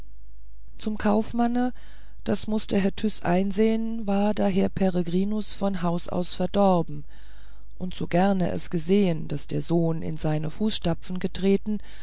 zum kaufmanne das mußte herr tyß einsehen war daher peregrinus von haus aus verdorben und so gern er es gesehen daß der sohn in seine fußtapfen getreten